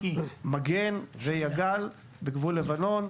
"מגן" ו"יג"ל" בגבול לבנון,